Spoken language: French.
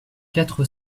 quatre